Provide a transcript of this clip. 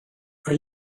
are